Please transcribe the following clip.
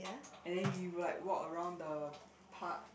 and then we like walk around the park